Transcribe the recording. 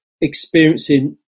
experiencing